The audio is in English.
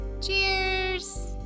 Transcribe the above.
Cheers